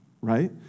right